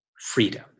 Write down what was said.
freedom